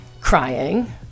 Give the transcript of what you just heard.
crying